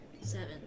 Seven